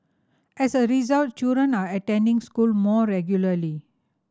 as a result children are attending school more regularly